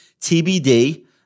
TBD